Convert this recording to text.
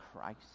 Christ